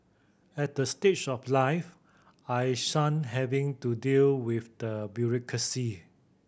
at the stage of life I shun having to deal with the bureaucracy